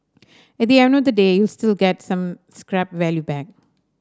at the end of the day you'll still get some scrap value back